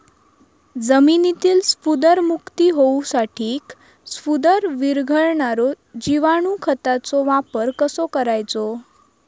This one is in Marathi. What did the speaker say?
जमिनीतील स्फुदरमुक्त होऊसाठीक स्फुदर वीरघळनारो जिवाणू खताचो वापर कसो करायचो?